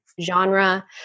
genre